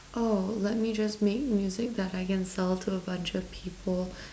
oh let me just make music that I can sell to a bunch of people